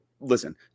listen